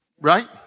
Right